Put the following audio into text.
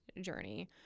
journey